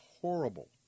horrible